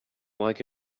like